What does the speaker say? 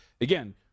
Again